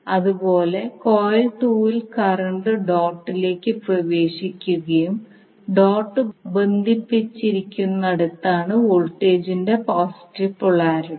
അതുപോലെ കോയിൽ 2 ൽ കറന്റ് ഡോട്ടിലേക്ക് പ്രവേശിക്കുകയും ഡോട്ട് ബന്ധിപ്പിച്ചിരിക്കുന്നിടത്താണ് വോൾട്ടേജിന്റെ പോസിറ്റീവ് പോളാരിറ്റി